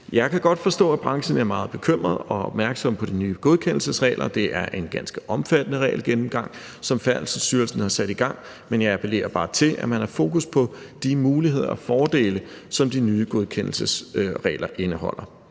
Jeg kan godt forstå, at branchen er meget bekymret over og opmærksom på de nye godkendelsesregler – det er en ganske omfattende regelgennemgang, som Færdselsstyrelsen har sat i gang – men jeg appellerer bare til, at man har fokus på de muligheder og fordele, som de nye godkendelsesregler indeholder.